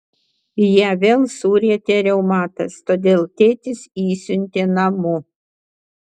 ją vėl surietė reumatas todėl tėtis išsiuntė namo